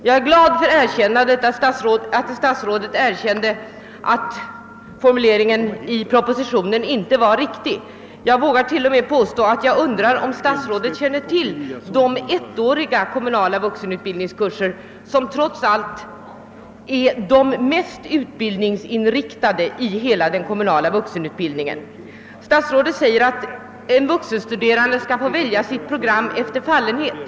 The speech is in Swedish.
Jag är glad över statsrådets erkän nande att formuleringen i propositionen inte är riktig. Jag undrar till och med om statsrådet känner till de ettåriga kommunala vuxenutbildningskurser som trots allt är de mest utbildningsinriktade i hela den kommunala vuxenutbildningen. Statsrådet säger att en vuxenstuderande skall få välja sitt studieprogram efter fallenhet.